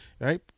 right